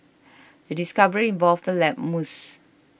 the discovery involved the lab mouse